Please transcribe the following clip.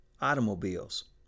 automobiles